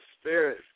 spirit